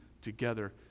together